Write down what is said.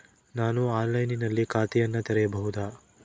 ನಾನು ಆನ್ಲೈನಿನಲ್ಲಿ ಖಾತೆಯನ್ನ ತೆಗೆಯಬಹುದಾ?